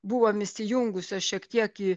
buvom įsijungusios šiek tiek į